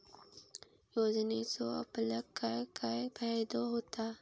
योजनेचो आपल्याक काय काय फायदो होता?